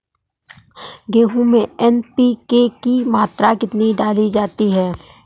गेहूँ में एन.पी.के की मात्रा कितनी डाली जाती है?